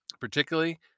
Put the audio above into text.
particularly